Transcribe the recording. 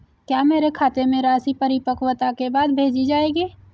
क्या मेरे खाते में राशि परिपक्वता के बाद भेजी जाएगी?